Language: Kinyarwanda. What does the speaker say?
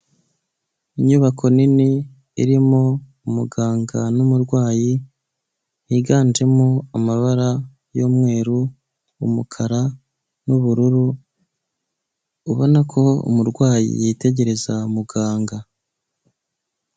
Inyubako nini irimo umuganga n'umurwayi, yiganjemo amabara y'umweru, umukara, n'ubururu ubona ko umurwayi yitegereza muganga.